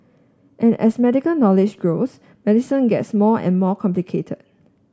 and as medical knowledge grows medicine gets more and more complicated